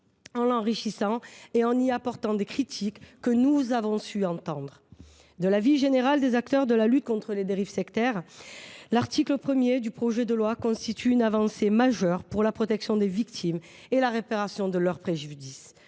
en l’enrichissant et en exprimant des critiques que nous avons su entendre. De l’avis général des acteurs de la lutte contre les dérives sectaires, l’article 1 du projet de loi constitue une avancée majeure pour la protection des victimes et la réparation de leur préjudice.